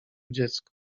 dziecko